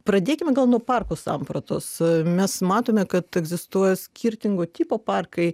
pradėkime gal nuo parko sampratos mes matome kad egzistuoja skirtingo tipo parkai